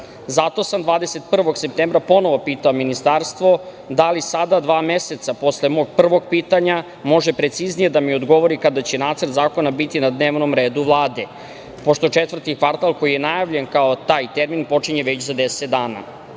sam 21. septembra ponovo pitao Ministarstvo da li sada dva meseca posle mog prvog pitanja može preciznije da mi odgovori kada će nacrt zakona biti na dnevnom redu Vlade, pošto četvrti kvartal koji je najavljen kao taj termin počinje već za 10